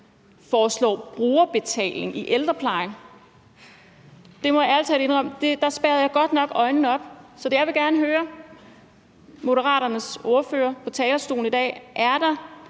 foreslår brugerbetaling i ældreplejen. Der må jeg ærlig talt indrømme, at jeg godt nok spærrede øjnene op. Så jeg vil gerne høre Moderaternes ordfører på talerstolen i dag om